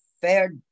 fair